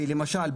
למשל,